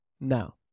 now